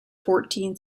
fourteen